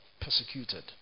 persecuted